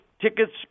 tickets